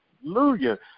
Hallelujah